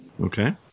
Okay